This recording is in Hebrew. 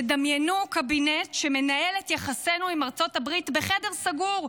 דמיינו קבינט שמנהל את יחסינו עם ארצות הברית בחדר סגור,